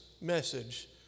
message